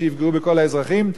שיפגעו בכל האזרחים.